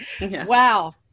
Wow